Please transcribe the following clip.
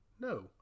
No